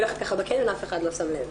אני הולכת ככה בקניון, אף אחד לא שם לב.